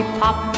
pop